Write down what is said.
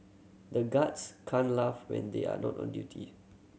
the guards can't laugh when they are not on duty